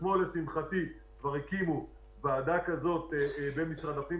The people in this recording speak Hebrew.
אתמול לשמחתי כבר הקימו ועדה כזאת במשרד הפנים.